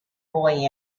boy